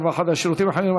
הרווחה והשירותים החברתיים,